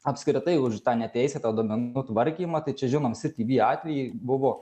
apskritai už tą neteisėtą duomenų tvarkymą tai čia žinom siti by atvejį buvo